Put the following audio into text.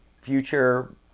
future